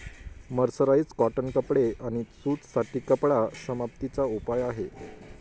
mercerise cotton कपडे आणि सूत साठी कपडा समाप्ती चा उपाय आहे